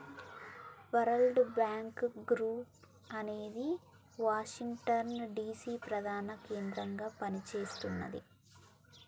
world Bank Group అనేది Washington DC ప్రధాన కేంద్రంగా పనిచేస్తున్నది